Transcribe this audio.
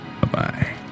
Bye-bye